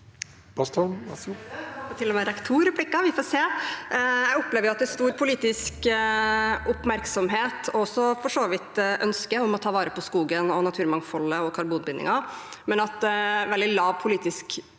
Jeg opplever at det er stor politisk oppmerksomhet om, og for så vidt også et ønske om, å ta vare på skogen og naturmangfoldet og karbonbindinger, men at det er veldig lite politisk